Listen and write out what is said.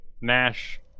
Nash